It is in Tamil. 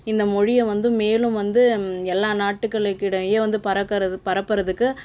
இந்த மொழியை வந்து மேலும் வந்து எல்லா நாட்டுக்களுக்கு இடையே வந்து பறக்கிறது பரப்புகிறதுக்கு